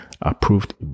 approved